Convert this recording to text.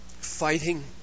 fighting